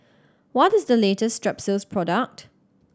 what is the latest Strepsils product